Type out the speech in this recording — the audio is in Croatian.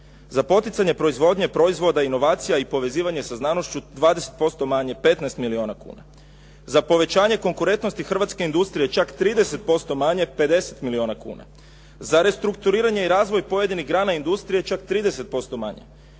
Za poticanje proizvodnje, proizvoda, inovacija i povezivanje sa znanošću 20% manje, 15 milijuna kuna. Za povećanje konkurentnosti hrvatske industrije čak 30% manje, 50 milijuna kuna. Za restrukturiranje i razvoj pojedinih grana industrije čak 30% manje.